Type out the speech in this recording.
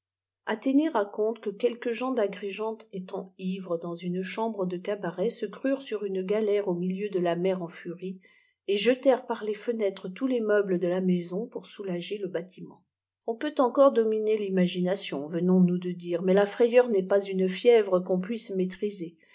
athénée raconte que quelques gens d'agngente éfeni ivres dans une chambre de cabaret se crurent s galèrq au mi lieu de la mer en furie et jetèrent par les îenétres tous les meu blés de la maison pour soulager le bâtiment on peut encore dominer l'imagination venons nous de dire mais la frayeur n'est ps une fièvre qu'on puisse maîtriser